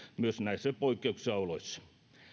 myös näissä poikkeuksellisissa oloissa